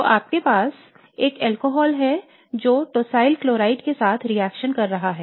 तो आपके पास एक अल्कोहल है जो टोसाइलक्लोराइड के साथ रिएक्शन कर रहा है